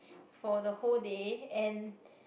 for the whole day and